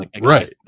right